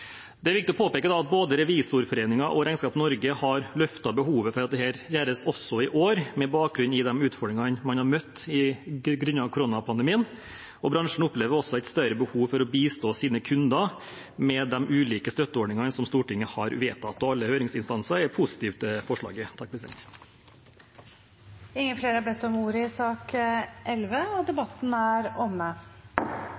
Det er viktig å påpeke at både Revisorforeningen og Regnskap Norge har løftet fram behovet for at dette gjøres også i år, med bakgrunn i de utfordringene man har møtt grunnet koronapandemien. Bransjen opplever også et større behov for å bistå sine kunder med de ulike støtteordningene som Stortinget har vedtatt. Alle høringsinstanser er positive til forslaget. Flere har ikke bedt om ordet til sak nr. 11. Etter ønske fra utenriks- og